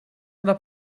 oder